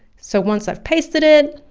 so once i've pasted it,